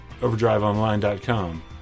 OverdriveOnline.com